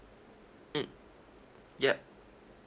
mm yup